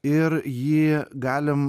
ir jį galim